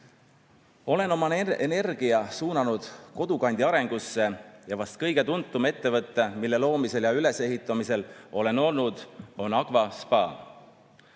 Olen oma energia suunanud kodukandi arengusse. Vast kõige tuntum ettevõte, mille loomisel ja ülesehitamisel olen [osaline]